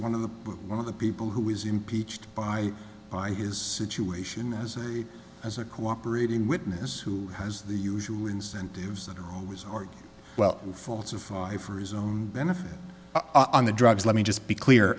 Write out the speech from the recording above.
one of the one of the people who was impeached by buying his situation as a as a cooperating witness who has the usual incentives that was or well falsify for his own benefit on the drugs let me just be clear